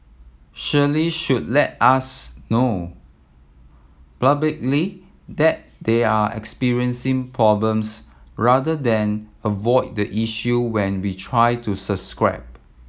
surely should let us know publicly that they're experiencing problems rather than avoid the issue when we try to subscribe